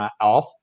off